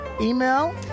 email